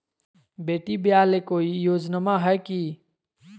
बेटी ब्याह ले कोई योजनमा हय की?